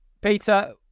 peter